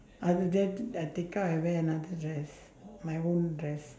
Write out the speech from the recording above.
after that I take out and wear another dress my own dress